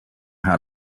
how